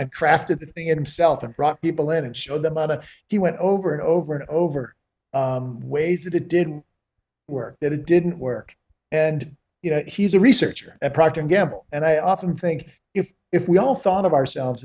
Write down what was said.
crafted the thing in itself and brought people in and show them out of he went over and over and over ways that it didn't work that it didn't work and you know he's a researcher at procter and gamble and i often think if if we all thought of ourselves